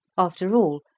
after all,